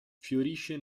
fiorisce